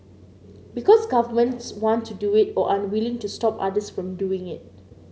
because governments want to do it or are unwilling to stop others from doing it